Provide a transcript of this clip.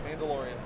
Mandalorian